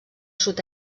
sud